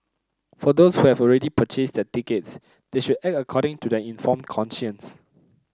for those who have already purchased their tickets they should act according to their informed conscience